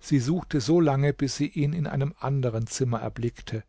sie suchte solange bis sie ihn in einem anderen zimmer erblickte